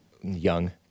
young